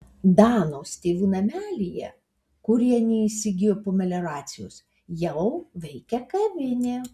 danos tėvų namelyje kurį anie įsigijo po melioracijos jau veikia kavinė